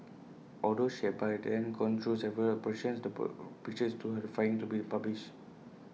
although she had by then gone through several operations to per picture is too horrifying to be published